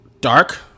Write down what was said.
Dark